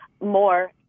More